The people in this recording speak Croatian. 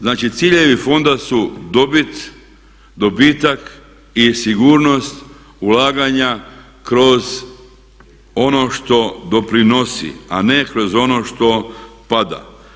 Znači, ciljevi fonda su dobit, dobitak i sigurnost ulaganja kroz ono što doprinosi, a ne kroz ono što pada.